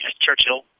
Churchill